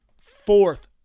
Fourth